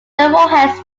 warheads